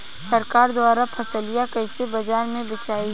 सरकार द्वारा फसलिया कईसे बाजार में बेचाई?